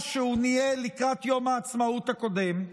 שהוא ניהל לקראת יום העצמאות הקודם,